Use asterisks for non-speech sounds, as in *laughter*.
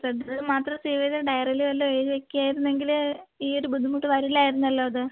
*unintelligible* മാത്രം സേവ് ചെയ്യാതെ ഡയറിയിൽ വല്ലോം എഴുതിവെക്കാരുന്നെങ്കില് ഈയൊരു ബുദ്ധിമുട്ട് വരില്ലായിരുന്നല്ലോ ഇത്